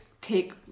take